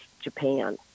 Japan